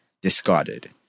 discarded